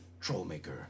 Trollmaker